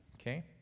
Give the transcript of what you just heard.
Okay